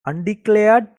undeclared